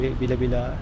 bila-bila